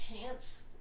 pants